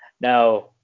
Now